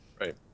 Right